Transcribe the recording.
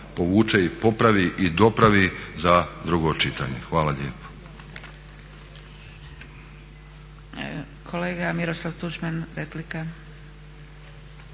povuče i popravi i dopravi za drugo čitanje. Hvala lijepo.